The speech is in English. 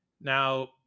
Now